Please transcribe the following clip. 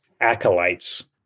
acolytes